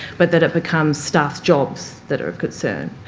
but that it becomes staff's jobs that are of concern.